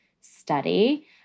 study